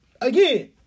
Again